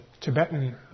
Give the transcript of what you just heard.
Tibetan